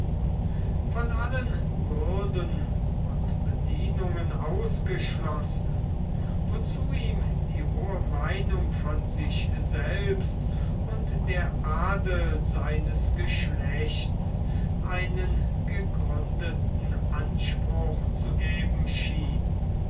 von allen würden und bedienungen ausgeschlossen wozu ihm die hohe meinung von sich selbst und der adel seines geschlechts einen gegründeten anspruch zu geben schien